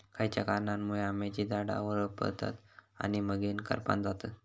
खयच्या कारणांमुळे आम्याची झाडा होरपळतत आणि मगेन करपान जातत?